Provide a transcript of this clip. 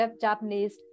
Japanese